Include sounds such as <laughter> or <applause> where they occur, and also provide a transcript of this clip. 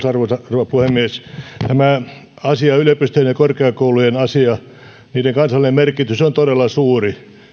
<unintelligible> arvoisa rouva puhemies tämä yliopistojen ja korkeakoulujen asia niiden kansallinen merkitys on todella suuri